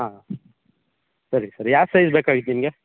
ಹಾಂ ಸರಿ ಸರ್ ಯಾವ ಸೈಜ್ ಬೇಕಾಗಿತ್ತು ನಿಮಗೆ